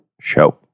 show